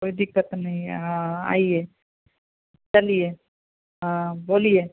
कोई दिक्कत नहीं है हाँ आइए चलिए हाँ बोलिए